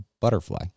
butterfly